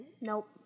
Nope